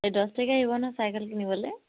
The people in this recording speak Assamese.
এই দছ তাৰিখে আহিব ন চাইকেল কিনিবলে